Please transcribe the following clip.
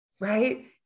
right